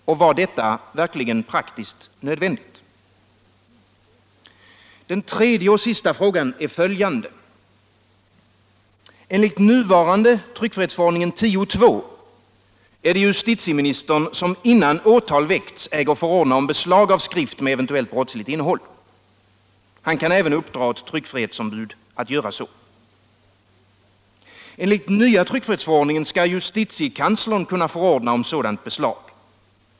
Var detta verkligen praktiskt nödvändigt? Den tredje och sista frågan är följande. Enligt nuvarande tryckfrihetsförordning 10 kap. 2 § är det justitieministern som innan åtal väckts äger förordna om beslag av skrift med eventuellt brottsligt innehåll. Han kan även uppdra åt tryckfrihetsombud att göra så. Enligt den nya tryckfrihetsförordningen skall justitiekanslern kunna förordna om sådant beslag.